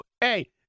hey